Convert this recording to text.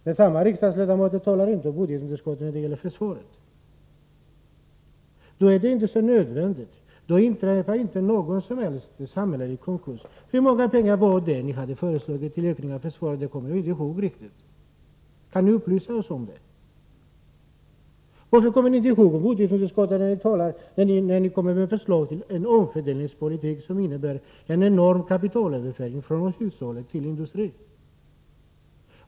Men samma riksdagsledamöter talar inte om budgetunderskottet när det gäller försvaret. Då är det inte så nödvändigt att spara. Då inträffar inte någon som helst samhällelig konkurs. Hur mycket pengar var det som ni hade föreslagit i ökade anslag till försvaret? Det kommer jag inte riktigt ihåg. Kan ni upplysa oss om det? Varför talar ni inte om budgetunderskottet när ni kommer med förslag till en omfördelningspolitik som innebär en enorm kapitalöverföring från hushållen till industrin?